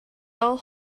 all